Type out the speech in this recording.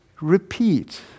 repeat